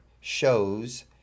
shows